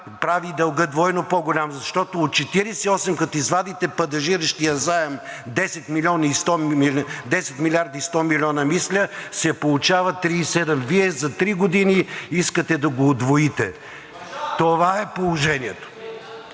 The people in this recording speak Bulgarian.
прави дълга двойно по-голям, защото от 48, като извадите падежиращия заем 10 млрд. и 100 милиона, мисля, се получава 37. Вие за три години искате да го удвоите. (Реплика